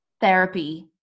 therapy